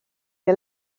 neu